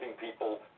people